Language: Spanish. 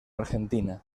argentina